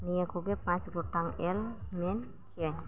ᱱᱤᱭᱟᱹ ᱠᱚᱜᱮ ᱯᱟᱸᱪ ᱜᱚᱴᱟᱝ ᱮᱞ ᱢᱮᱱ ᱠᱤᱭᱟᱹᱧ